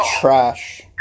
trash